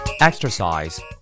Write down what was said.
Exercise